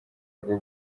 rwo